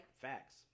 Facts